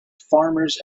farmers